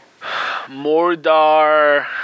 Mordar